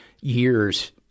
years